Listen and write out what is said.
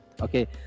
okay